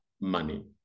money